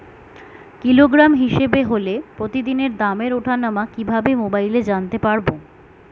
Kilogram হিসাবে হলে প্রতিদিনের দামের ওঠানামা কিভাবে মোবাইলে জানতে পারবো?